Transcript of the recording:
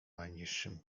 najniższym